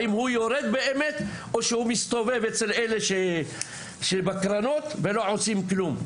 האם הוא יורד באמת או שהוא מסתובב אצל אלה שבקרנות ולא עושים כלום,